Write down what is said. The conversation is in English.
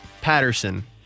Patterson